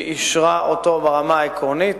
שאישרה אותו ברמה העקרונית,